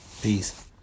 Peace